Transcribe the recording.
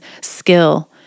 skill